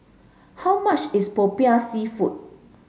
how much is Popiah Seafood